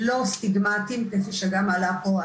לא סטיגמטיים כפי שגם עלה פה.